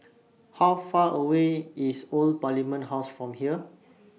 How Far away IS Old Parliament House from here